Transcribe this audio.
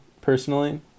personally